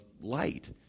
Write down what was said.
light